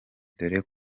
dore